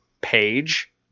page